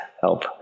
help